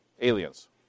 Aliens